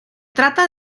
trata